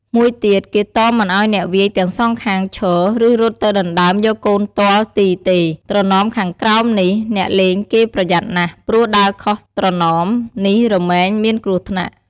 មួយទៀត គេតមមិនឲ្យអ្នកវាយទាំងសងខាងឈរ ឬរត់ទៅដណ្តើមយកកូនទាល់ទីទេ ត្រណមខាងក្រោយនេះ អ្នកលេងគេប្រយ័ត្នណាស់ ព្រោះដើរខុសត្រណមនេះរមែងមានគ្រោះថ្នាក់។